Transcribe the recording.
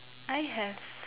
I have